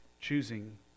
choosing